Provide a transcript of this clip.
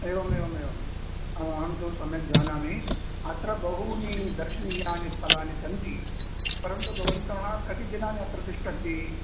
एवमेवमेवम् आम् अहं तु सम्यक् जानामि अत्र बहूनि दर्शनीयानि स्थलानि सन्ति परन्तु भवन्तः कति दिनानि अत्र तिष्ठन्ति